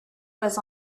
was